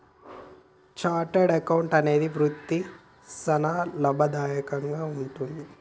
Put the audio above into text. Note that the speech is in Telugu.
చార్టర్డ్ అకౌంటెంట్ అనే వృత్తి సానా లాభదాయకంగా వుంటది